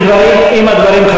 אם הדברים,